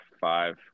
Five